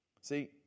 See